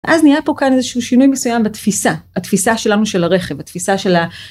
אז נהיה פה כאן איזה שהוא שינוי מסוים בתפיסה התפיסה שלנו של הרכב התפיסה של ה.